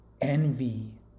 envy